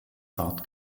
zart